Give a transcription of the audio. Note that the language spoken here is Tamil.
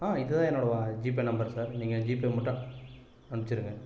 ஆ இது தான் என்னோட ஜிபே நம்பர் சார் நீங்கள் ஜிபே மட்டும் அனுப்ச்சிடுங்க